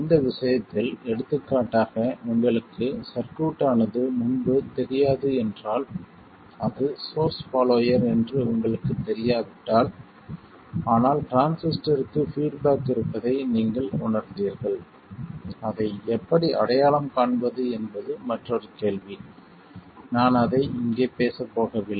இந்த விஷயத்தில் எடுத்துக்காட்டாக உங்களுக்கு சர்க்யூட் ஆனது முன்பு தெரியாது என்றால் அது சோர்ஸ் பாலோயர் என்று உங்களுக்குத் தெரியாவிட்டால் ஆனால் டிரான்சிஸ்டருக்குப் பீட்பேக் இருப்பதை நீங்கள் உணர்ந்தீர்கள் அதை எப்படி அடையாளம் காண்பது என்பது மற்றொரு கேள்வி நான் அதை இங்கே பேசப்போகவில்லை